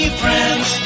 friends